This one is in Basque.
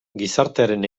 gizartearen